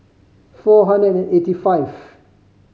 four hundred and eighty five